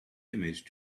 image